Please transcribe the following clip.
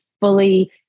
fully